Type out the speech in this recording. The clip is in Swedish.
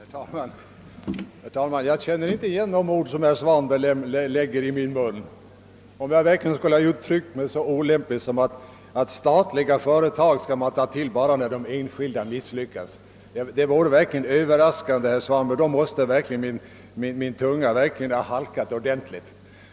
Herr talman! Jag känner inte igen de ord som herr Svanberg lade i min mun. Det vore verkligen överraskande om jag skulle ha uttryckt mig så onyanserat, att statliga företag är någonting som man skall ta till bara när de enskilda misslyckas. Om jag verkligen sagt detta, måste min tunga ha halkat ordentligt.